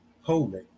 holy